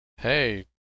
hey